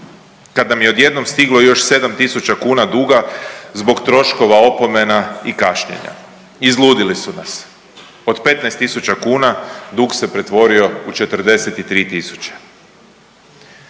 kad nam je odjednom stiglo još 7 tisuća kuna duga zbog troškova opomena i kašnjenja, izludili su nas, od 15 tisuća kuna dug se pretvorio u 43